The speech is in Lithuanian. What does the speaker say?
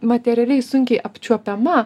materialiai sunkiai apčiuopiama